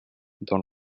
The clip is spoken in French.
dans